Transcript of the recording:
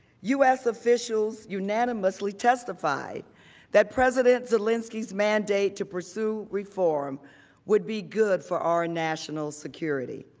u s. officials unanimously testified that president zelensky's mandate to pursue reform would be good for our national security.